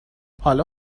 حالا